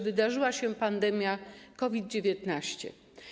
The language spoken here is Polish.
Wydarzyła się pandemia COVID-19.